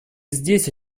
здесь